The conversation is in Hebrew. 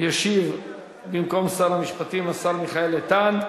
ישיב במקום שר המשפטים השר מיכאל איתן.